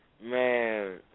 Man